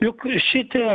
juk šitie